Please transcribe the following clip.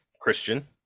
Christian